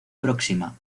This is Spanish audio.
próxima